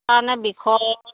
তাৰমানে বিষৰ